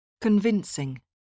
Convincing